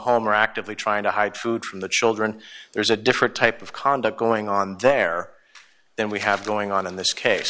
home are actively trying to hide food from the children there's a different type of conduct going on there than we have going on in this case